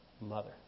mother